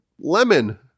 lemon